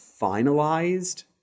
finalized